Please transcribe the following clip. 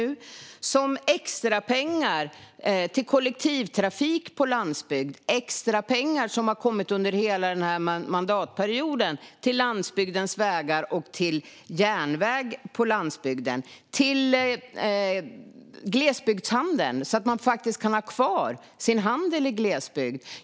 Vidare enades vi om extrapengar till kollektivtrafik på landsbygd, extrapengar som hela den här mandatperioden har gått till landsbygdens vägar och järnväg på landsbygden och till glesbygdshandeln så att man kan ha kvar sin handel i glesbygd.